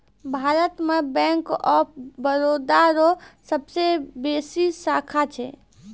भारत मे Bank of Baroda रो सबसे बेसी शाखा छै